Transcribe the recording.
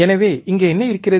எனவே இங்கே என்ன இருக்கிறது